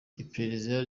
iperereza